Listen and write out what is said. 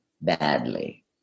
badly